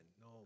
no